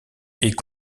est